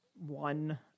One